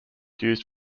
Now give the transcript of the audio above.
used